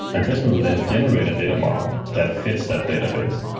and prisma will then generate a data model that fits that database.